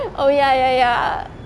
oh ya ya ya